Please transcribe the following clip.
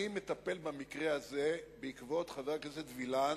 אני מטפל במקרה הזה בעקבות חבר הכנסת וילן,